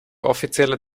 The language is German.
offizielle